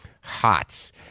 Hots